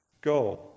Go